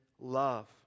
love